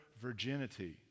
virginity